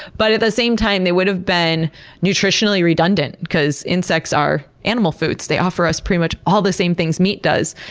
but at the same time they would've been nutritionally redundant because insects are animal foods. they offer us pretty much the same things meat does.